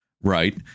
right